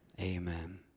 Amen